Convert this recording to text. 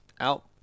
Out